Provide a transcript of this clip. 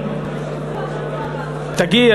תגיעי.